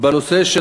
בנושא של